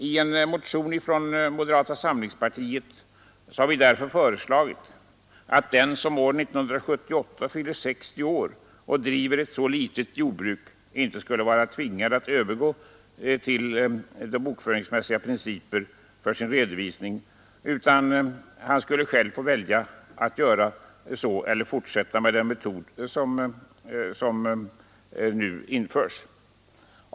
I en motion från moderata samlingspartiet har vi därför föreslagit, att den som år 1978 fyller 60 år och driver ett så litet jordbruk, att han tidigare inte varit tvingad att övergå till bokföringsmässiga principer för sin redovisning, skulle få välja mellan att göra detta och att fortsätta med den metod som nu införs.